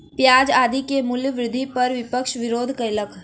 प्याज आदि के मूल्य वृद्धि पर विपक्ष विरोध कयलक